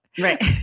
Right